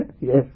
yes